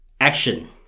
action